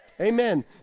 Amen